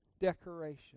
decoration